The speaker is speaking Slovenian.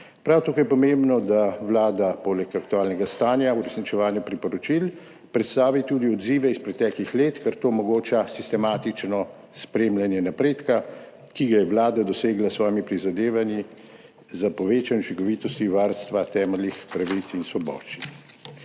Prav tako je pomembno, da Vlada poleg aktualnega stanja uresničevanja priporočil predstavi tudi odzive iz preteklih let, ker to omogoča sistematično spremljanje napredka, ki ga je Vlada dosegla s svojimi prizadevanji za povečanje učinkovitosti varstva temeljnih pravic in svoboščin.